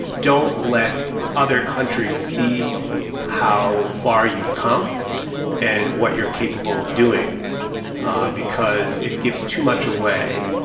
don't let other countries see how far you've come and what you're capable of doing because it gives too much away.